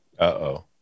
Uh-oh